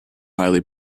highly